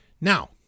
now